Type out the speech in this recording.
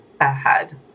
ahead